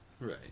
Right